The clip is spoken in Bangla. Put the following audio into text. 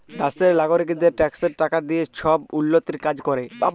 দ্যাশের লগারিকদের ট্যাক্সের টাকা দিঁয়ে ছব উল্ল্যতির কাজ ক্যরে